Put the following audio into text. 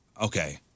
Okay